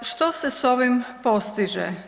Što se s ovim postiže?